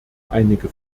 einige